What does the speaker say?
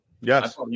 Yes